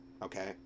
okay